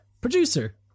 Producer